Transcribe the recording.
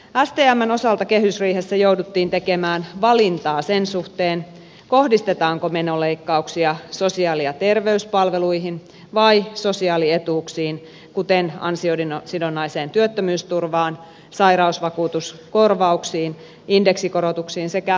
stmn osalta kehysriihessä jouduttiin tekemään valintaa sen suhteen kohdistetaanko menoleikkauksia sosiaali ja terveyspalveluihin vai sosiaalietuuksiin kuten ansiosidonnaiseen työttömyysturvaan sairausvakuutuskorvauksiin indeksikorotuksiin sekä lapsilisään